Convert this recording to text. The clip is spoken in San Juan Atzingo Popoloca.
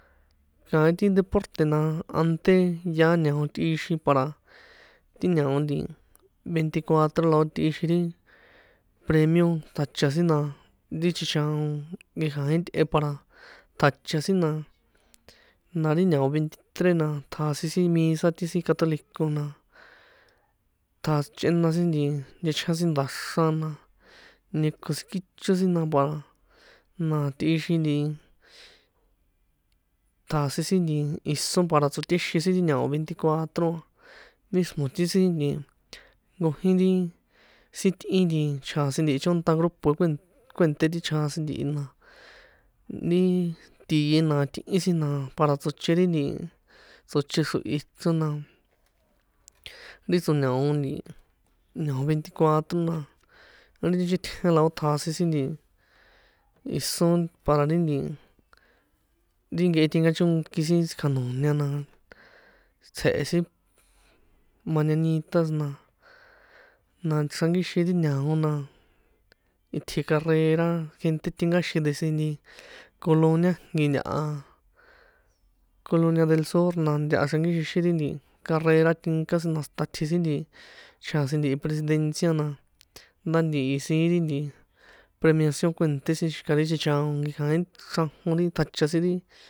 Kaín ti deporte, na ante yaá ña̱o tꞌíxin para ti ña̱o nti venticuatro la ó tꞌixin ri premio tjacha sin na, ti chichaon nkekja̱ín tꞌe para ṭjacha sin na, na ri ña̱o veintitre na, ṭjasin sin misa ti sin católico na, ṭja chꞌena sin nti nchechjan sin nda̱xran, na ñeko sin kícho sin, na para na tꞌixin nti ṭjasin sin nti ison para tsotexin sin ri ña̱o veiticuatro, mismo ti sin nti nkojín ri sin tꞌin nti chjasin ntihi chónṭa grupo kue, kuènṭé ri chjasin ntihi na ri tie na tꞌin sin na para tsoche ri nti, tsoche xrohi chrona, ri tso̱ñao nti ña̱o veiticuatro na ri nchítjen la ó ṭjasin sin ison para ri nti ti nkehe tinkachóki sin tsikjanoña na, tsje̱he̱ sin mañanitas na, na xránkixin ti ña̱o na, itji carrera gente tinkáxin ndesi nti colonia jnki ntaha, colonia del sol la ntaha xrankíxixin ri nti carrera tinka sin na hasta tji sin ri nti chjasin ntihi, presidencia na, ndá ntihi siín ri nti premiación kuènṭé sin xi̱ka̱ ri, chichaon nkekja̱ín xrajon ri, ṭjacha sin ri.